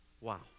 wow